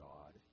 God